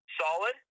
solid